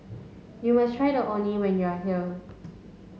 you must try the Orh Nee when you are here